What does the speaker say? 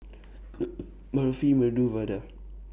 Barfi Medu Vada